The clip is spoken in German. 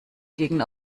gegen